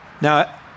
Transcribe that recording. Now